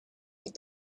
but